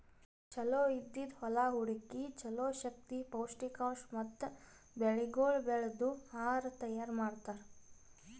ಚಲೋ ಇದ್ದಿದ್ ಹೊಲಾ ಹುಡುಕಿ ಚಲೋ ಶಕ್ತಿ, ಪೌಷ್ಠಿಕಾಂಶ ಮತ್ತ ಬೆಳಿಗೊಳ್ ಬೆಳ್ದು ಆಹಾರ ತೈಯಾರ್ ಮಾಡ್ತಾರ್